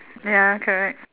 ya correct